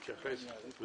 נעקוב גם אם אני לא בכנסת.